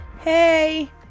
Hey